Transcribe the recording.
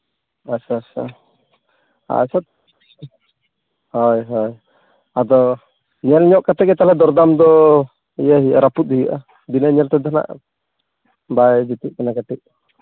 ᱟᱪᱪᱷᱟ ᱟᱪᱪᱷᱟ ᱟᱪᱪᱷᱟ ᱦᱳᱭ ᱦᱳᱭ ᱟᱫᱚ ᱧᱮᱞ ᱧᱚᱜ ᱠᱟᱛᱮᱫ ᱜᱮ ᱛᱟᱦᱚᱞᱮ ᱫᱚᱨᱫᱟᱢ ᱫᱚ ᱤᱭᱟᱹᱭ ᱦᱩᱭᱩᱜᱼᱟ ᱨᱟᱹᱯᱩᱫ ᱦᱩᱭᱩᱜᱼᱟ ᱵᱤᱱᱟᱹ ᱧᱮᱞ ᱛᱮᱫᱚ ᱦᱟᱸᱜ ᱵᱟᱭ ᱡᱩᱛᱩᱜ ᱠᱟᱱᱟ ᱠᱟᱹᱴᱤᱡ